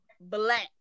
Black